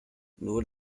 nur